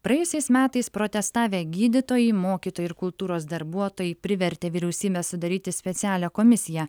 praėjusiais metais protestavę gydytojai mokytojai ir kultūros darbuotojai privertė vyriausybę sudaryti specialią komisiją